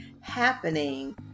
happening